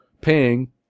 paying